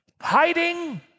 hiding